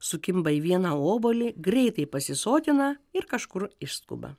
sukimba į vieną obuolį greitai pasisotina ir kažkur išskuba